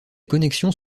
connexions